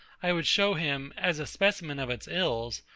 i would show him, as a specimen of its ills,